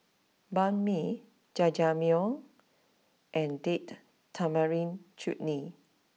Banh Mi Jajangmyeon and date Tamarind Chutney